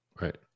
right